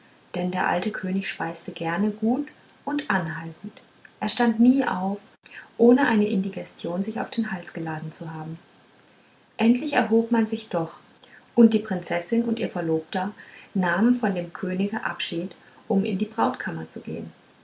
denn der alte könig speiste gerne gut und anhaltend er stand nie auf ohne eine indigestion sich auf den hals geladen zu haben endlich erhob man sich aber doch und die prinzessin und ihr verlobter nahmen von dem könige abschied um in die brautkammer zu gehen